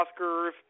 Oscars